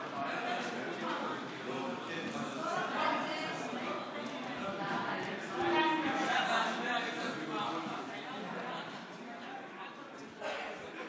ראש הממשלה חבר הכנסת בנימין נתניהו ורעייתו שרה,